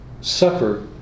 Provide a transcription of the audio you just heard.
suffer